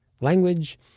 language